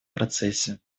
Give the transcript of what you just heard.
процессе